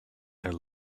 their